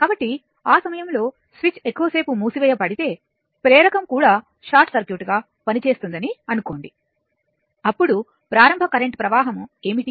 కాబట్టి ఆ సమయంలో స్విచ్ ఎక్కువసేపు మూసివేయబడితే ప్రేరకం కూడా షార్ట్ సర్క్యూట్గా పనిచేస్తుందని అనుకోండి అప్పుడు ప్రారంభ కరెంట్ ప్రవాహం ఏమిటి